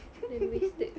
then wasted